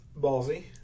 Ballsy